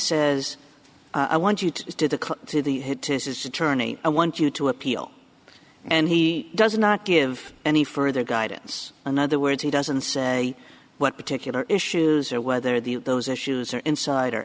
says i want you to to the to the head to says attorney i want you to appeal and he does not give any further guidance in other words he doesn't say what particular issues or whether the those issues are inside or